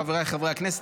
חבריי חברי הכנסת,